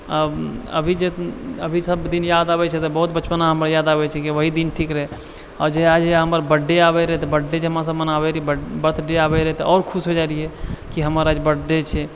अभी जे अभी सब दिन याद आबय छै तऽ बहुत बचपना हमरा याद आबय छै कि वही दिन ठीक रहय आओर जहिया जहिया हमे आर बड्डे आबय रहय तऽ बड्डे जे हमरा सब मनाबय रही बर्थ डे आबय रहय तऽ आओर खुश होइ जाइ रहियै कि हमर आज बर्थ डे छै